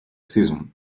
saison